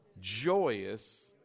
joyous